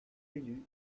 élue